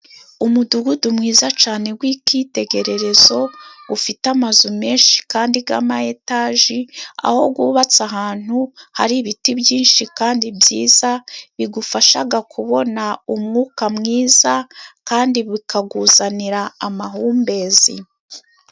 Umudugudu mwiza cane gw'icyitegererezo, gufite amazu menshi kandi g'ama etaji, aho gubatse ahantu hari ibiti byinshi kandi byiza, bigufashaga kubona umwuka mwiza kandi bukaguzanira amahumbezi.